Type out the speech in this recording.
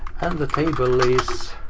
and the table is